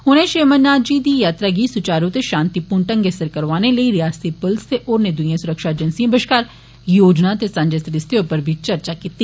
उनें श्री अमरनाथ जी दी यात्रा गी सुचारू ते षांतिपूर्ण ढंगै सिर करौआने लेई रियासती पुलस ते होरने दुईए सुरक्षा अजेन्सिए बष्कार योजना ते सांझे सरिस्तें उप्पर बी चर्चा कीती